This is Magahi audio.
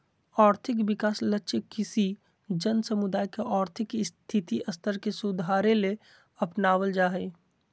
और्थिक विकास लक्ष्य किसी जन समुदाय के और्थिक स्थिति स्तर के सुधारेले अपनाब्ल जा हइ